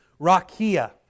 rakia